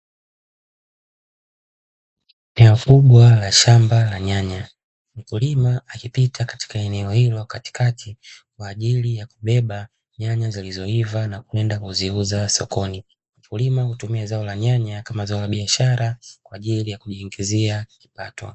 Eneo kubwa la shamba la nyanya, mkulima akipita katika eneo hilo katikati kwa ajili ya kubeba nyanya zilizoiva na kwenda kuziuza sokoni. Mkulima hutumia zao la nyanya kama zao la biashara kwa ajili ya kujiingizia kipato.